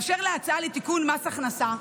באשר להצעה לתיקון פקודת מס הכנסה,